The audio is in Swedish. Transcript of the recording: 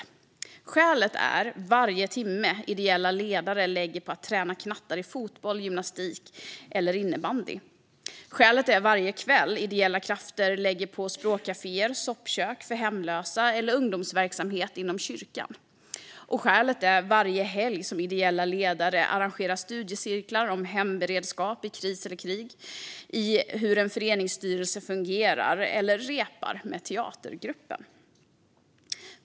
Ett skäl är varje timme ideella ledare lägger på att träna knattar i fotboll, gymnastik eller innebandy. Ett skäl är varje kväll ideella krafter lägger på språkkaféer, soppkök för hemlösa eller ungdomsverksamhet inom kyrkan. Ett skäl är varje helg ideella ledare arrangerar studiecirklar om hemberedskap vid kris eller krig, om hur en föreningsstyrelse fungerar eller repar med teatergruppen.